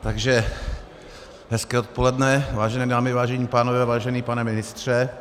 Takže hezké odpoledne, vážené dámy, vážení pánové, vážený pane ministře.